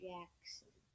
Jackson